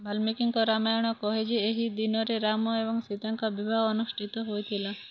ବାଲ୍ମିକୀଙ୍କ ରାମାୟଣ କହେ ଯେ ଏହି ଦିନରେ ରାମ ଏବଂ ସୀତାଙ୍କ ବିବାହ ଅନୁଷ୍ଠିତ ହୋଇଥିଲା